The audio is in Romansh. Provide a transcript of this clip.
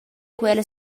quella